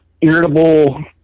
irritable